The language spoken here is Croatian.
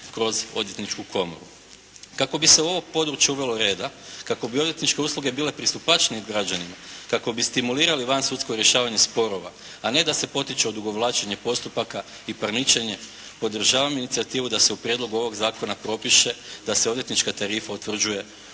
Kako bi se u ovo područje uvelo reda, kako bi odvjetničke usluge bile pristupačnije građanima, kako bi stimulirali van sudsko rješavanje sporova, a ne da se potiče odugovlačenje postupaka i parničenje, podržavam inicijativu da se u prijedlogu ovog zakona propiše da se odvjetnička tarifa utvrđuje u